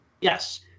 Yes